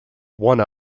one